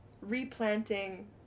replanting